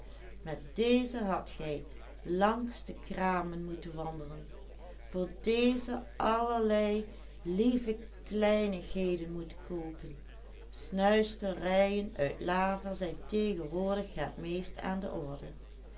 deze allerlei lieve kleinigheden moeten koopen snuisterijen uit lava zijn tegenwoordig het meest aan de orde